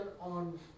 on